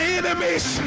enemies